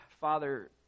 Father